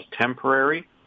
temporary